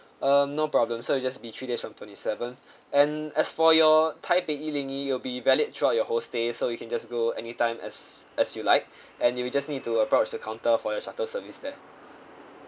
um no problem so it'll just be three days from twenty seven and as for your taipei 一零一 it'll be valid throughout your whole stay so you can just go anytime as as you like and you will just need to approach the counter for a shuttle service there